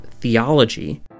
Theology